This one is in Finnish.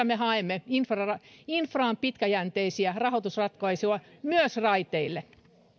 me haemme infraan infraan pitkäjänteisiä rahoitusratkaisuja myös raiteille